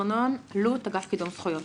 ארנון, אלו"ט, אגף קידום זכויות.